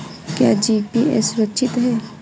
क्या जी.पी.ए सुरक्षित है?